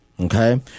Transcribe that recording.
Okay